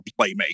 playmaker